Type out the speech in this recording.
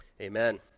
Amen